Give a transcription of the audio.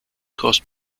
caused